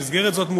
במסגרת זאת,